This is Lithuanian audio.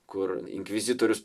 kur inkvizitorius